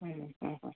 ಹ್ಞೂಂ ಹ್ಞೂಂ ಹ್ಞೂಂ